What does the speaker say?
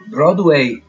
Broadway